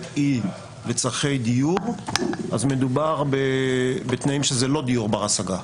היא לצרכי דיור אז מדובר על תנאים שזה לא דיור בר השגה.